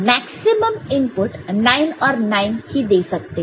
maximum input 9 और 9 ही दे सकते हैं